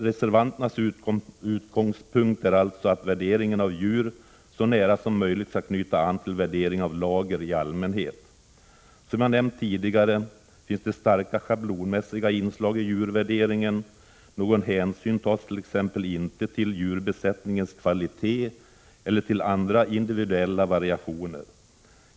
Reservanternas utgångspunkt är alltså att värdefå j rna för lagervärring ringen av djur så nära som möjligt skall knyta an till värderingen av lager i allmänhet. Som jag nämnt tidigare finns det starka schablonmässiga inslag i djurvärderingen. Någon hänsyn tas t.ex. inte till djurbesättningens kvalitet eller till andra individuella variationer.